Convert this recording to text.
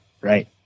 right